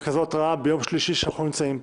בכזאת --- ביום שלישי שאנחנו נמצאים פה?